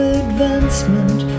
advancement